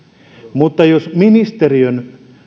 mutta jos ministeriön